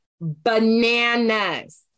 bananas